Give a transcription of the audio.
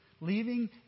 Leaving